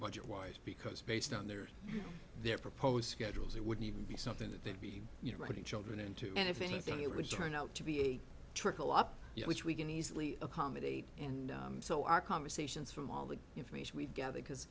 budget wise because based on their their proposed schedules it wouldn't even be something that they'd be putting children into and if anything it would turn out to be a trickle up which we can easily accommodate and so our conversations from all the information we gather because